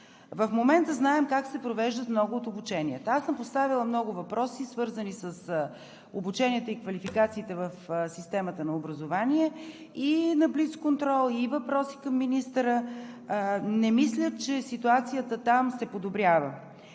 В момента знаем как се провеждат много от обученията. Аз съм поставяла много въпроси, свързани с обученията и квалификациите в системата на образование, и на блицконтрол, и въпроси към министъра. Не мисля, че ситуацията там се подобрява.